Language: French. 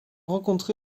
rencontré